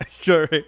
Sure